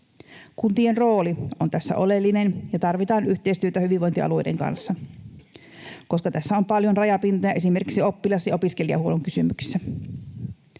Kuntien rooli on tässä oleellinen, ja tarvitaan yhteistyötä hyvinvointialueiden kanssa, koska tässä on paljon rajapintoja, esimerkiksi oppilas- ja opiskelijahuollon kysymyksissä.